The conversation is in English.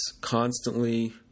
constantly